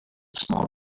small